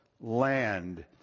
land